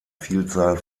vielzahl